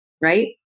right